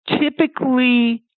Typically